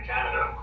Canada